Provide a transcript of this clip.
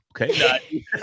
Okay